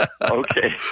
Okay